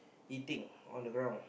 eating on the ground